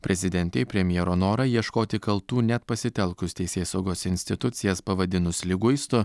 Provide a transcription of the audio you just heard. prezidentei premjero norą ieškoti kaltų net pasitelkus teisėsaugos institucijas pavadinus liguistu